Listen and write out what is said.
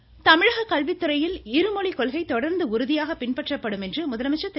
முதலமைச்சர் தமிழக கல்வித்துறையில் இருமொழி கொள்கை தொடா்ந்து உறுதியாக பின்பற்றப்படும் என்று முதலமைச்சர் திரு